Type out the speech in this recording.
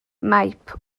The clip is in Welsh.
maip